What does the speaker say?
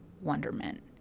wonderment